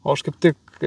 o aš kaip tik